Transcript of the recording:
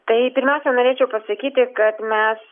tai pirmiausia norėčiau pasakyti kad mes